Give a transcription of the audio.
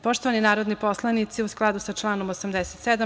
Poštovani narodni poslanici, u skladu sa članom 87.